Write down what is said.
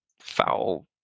foul